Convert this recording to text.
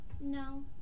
No